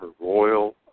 royal